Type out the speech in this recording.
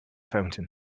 fountain